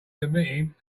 emitting